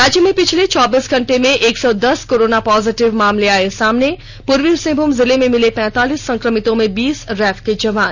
राज्य में पिछले चौबीस घंटे में एक सौ दस कोरोना पॉजिटिव मामले आये सामने पूर्वी सिंहभूम जिले में मिले पैंतालीस संक्रमितों में बीस रैफ के जवान